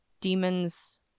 demons